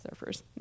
surfers